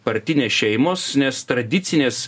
partinės šeimos nes tradicinės